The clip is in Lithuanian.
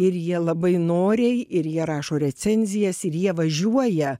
ir jie labai noriai ir jie rašo recenzijas ir jie važiuoja